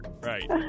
right